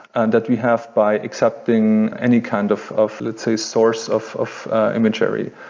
and that we have by accepting any kind of of, let's say source of of imagery.